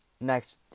Next